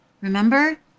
Remember